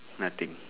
nothing